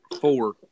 four